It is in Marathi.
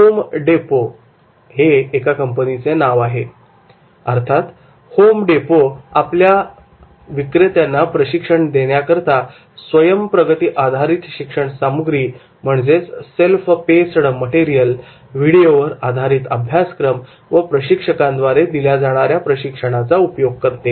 होम डेपो कंपनीचे नाव आपल्या विक्रेत्यांना प्रशिक्षण देण्याकरिता स्वयम् प्रगती आधारित शिक्षण सामग्री Self Paced Material self paced material व्हिडिओवर आधारित अभ्यासक्रम व प्रशिक्षकांद्वारे दिल्या जाणाऱ्या प्रशिक्षणाचा उपयोग करते